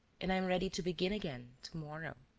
and i am ready to begin again to-morrow.